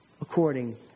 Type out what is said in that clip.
According